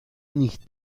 nicht